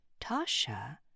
Tasha